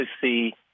see